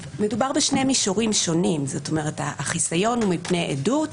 יש שני מישורים שונים: החיסיון הוא לגבי עדות,